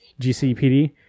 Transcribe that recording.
GCPD